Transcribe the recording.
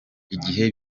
igihe